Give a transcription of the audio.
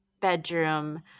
bedroom